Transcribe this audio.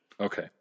Okay